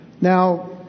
now